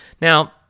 Now